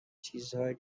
چیزهایی